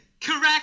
Correct